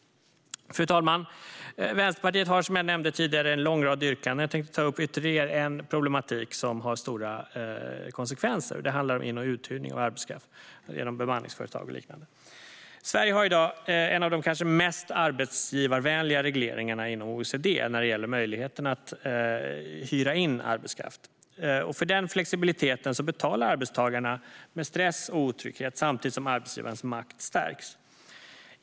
Fru talman! Vänsterpartiet har som sagt presenterat en lång rad yrkanden. Jag tänkte ta upp ytterligare en problematik som får stora konsekvenser. Det handlar om in och uthyrning av arbetskraft, genom bemanningsföretag och liknande. Sverige har i dag en av de kanske mest arbetsgivarvänliga regleringarna inom OECD när det gäller möjligheten att hyra in arbetskraft. För den flexibiliteten betalar arbetstagarna med stress och otrygghet samtidigt som arbetsgivarnas makt stärks.